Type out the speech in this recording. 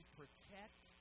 protect